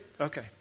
okay